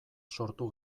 sortu